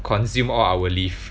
consume all our leave